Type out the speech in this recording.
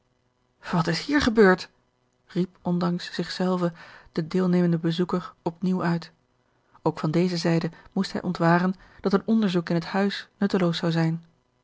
wat is hier gebeurd riep ondanks zich zelven de deelnemende bezoeker op nieuw uit ook van deze zijde moest hij ontwaren dat een onderzoek in het huis nutteloos zou zijn